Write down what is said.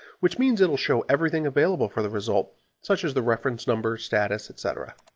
which means it will show everything available for the result such as the reference number, status, etc.